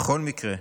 בכל מקרה,